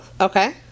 Okay